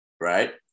right